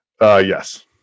yes